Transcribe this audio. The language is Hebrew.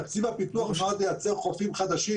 תקציב הפיתוח נועד לייצר חופים חדשים